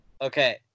Okay